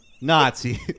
Nazi